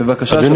בבקשה.